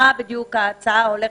לקראת מה בדיוק ההצעה הולכת?